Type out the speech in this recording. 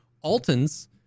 Alton's